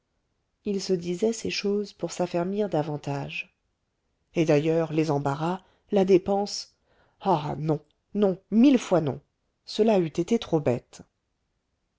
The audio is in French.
il se disait ces choses pour s'affermir davantage et d'ailleurs les embarras la dépense ah non non mille fois non cela eût été trop bête